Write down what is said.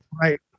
right